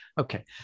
Okay